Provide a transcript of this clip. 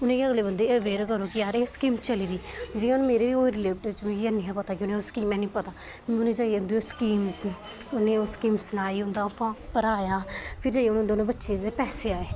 उ'नेंगी अगले बंदे गी अवेयर करो कि यार एह् स्कीम चली दी जि'यां मेरे रिलेटिव च उ'नेंगी नेईं हा पता स्कीम फिर उ'नेंगी ओह् स्कीम सनाई उं'दा ओह् फार्म पराया फिरी उ'नें द'ऊं बच्चें दे पैसे आए